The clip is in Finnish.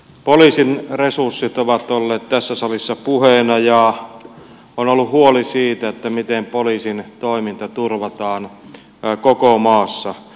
poliisin resurssit ovat olleet tässä salissa puheena ja on ollut huoli siitä miten poliisin toiminta turvataan koko maassa